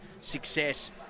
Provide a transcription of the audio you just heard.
success